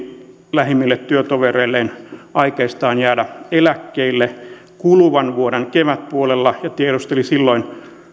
lähimmille työtovereilleen aikeistaan jäädä eläkkeelle kuluvan vuoden kevätpuolella ja tiedusteli silloin